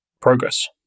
progress